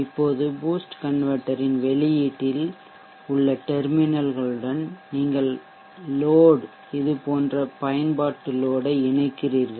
இப்போது boost converter இன் வெளியீட்டில் உள்ள டெர்மினல்களுடன் நீங்கள் லோட் இது போன்ற பயன்பாட்டு லோட் ஐ இணைக்கிறீர்கள்